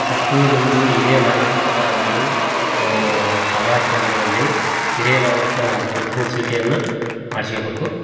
first ನಿಮ್ಮದು ಹಿರಿಯ ನಾಗರಿಕರ ಒಂದು ಸಲಹಾ ಕೇಂದ್ರದಲ್ಲಿ ಹಿರಿಯ ನಾಗರಿಕರ ಒಂದು ಗುರ್ತಿನ ಚೀಟಿಯನ್ನು ಮಾಡ್ಸ್ಗಬಕು